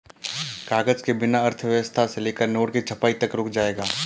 कागज के बिना अर्थव्यवस्था से लेकर नोट की छपाई तक रुक जाएगा